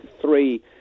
three